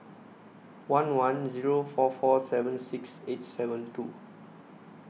one one Zero four four seven six eight seven two